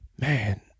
Man